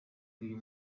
uyu